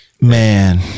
Man